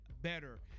better